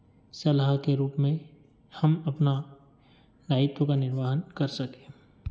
सलाह के रूप में हम अपना दायित्व का निर्वहन कर सकें